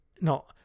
no